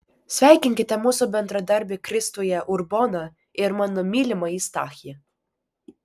sveikinkite mūsų bendradarbį kristuje urboną ir mano mylimąjį stachį